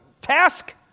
task